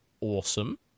awesome